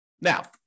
Now